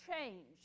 change